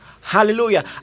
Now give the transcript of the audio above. Hallelujah